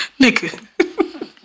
Nigga